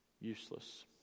useless